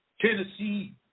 Tennessee